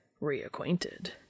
reacquainted